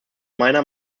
meiner